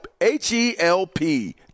H-E-L-P